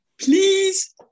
Please